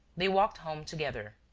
they walked home together.